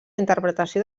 interpretació